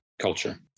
culture